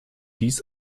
dies